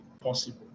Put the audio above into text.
possible